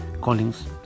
callings